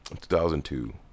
2002